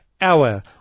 hour